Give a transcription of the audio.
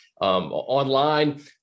online